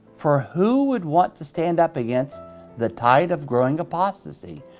for who would want to stand up against the tide of growing apostasy.